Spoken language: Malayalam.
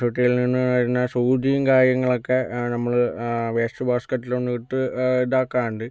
ആശുപത്രിയിൽ നിന്ന് വരുന്ന സൂചിയും കാര്യങ്ങളുമൊക്കെ നമ്മൾ വേസ്റ്റ് ബാസ്ക്കറ്റിലൊന്ന് ഇട്ട് ഇതാക്കാറുണ്ട്